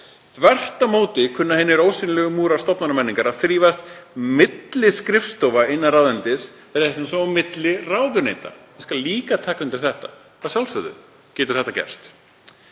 „Þvert á móti kunna hinir ósýnilegu múrar stofnanamenningar að þrífast milli skrifstofa innan ráðuneytis rétt eins og á milli ráðuneyta.“ Ég skal líka taka undir þetta. Að sjálfsögðu getur þetta gerst.